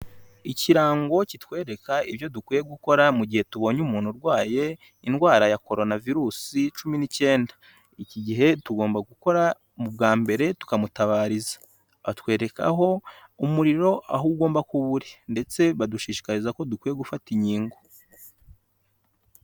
Ikirango kitwereka ibyo dukwiye gukora mu gihe tubonye umuntu urwaye indwara ya coronavirus cumi ni'icyenda iki gihe tugomba gukora mu bwa mbere tukamutabariza batwerekaho umuriro aho ugomba kubawu uri ndetse badushishikariza ko dukwiye gufata inkingo.